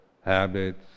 habits